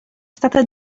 stata